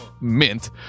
mint